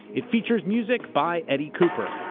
it features music by eddie cooper.